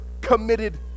committed